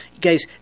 Guys